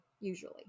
Usually